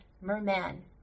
Merman